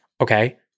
okay